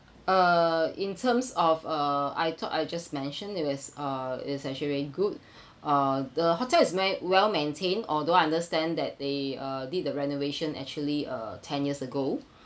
uh in terms of uh I thought I just mention it was uh it's actually very good uh the hotel is well maintained although I understand that they uh did the renovation actually uh ten years ago